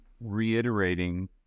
reiterating